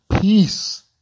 Peace